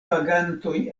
vagantoj